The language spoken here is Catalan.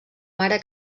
mare